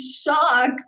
shock